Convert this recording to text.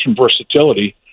versatility